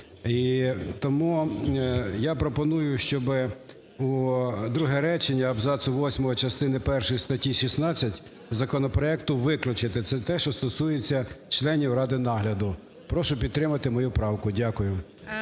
тому я пропоную, щоб у друге речення абзацу восьмого частини першої статті 16 законопроекту виключити, це те, що стосується членів ради нагляду. Прошу підтримати мою правку. Дякую.